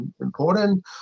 important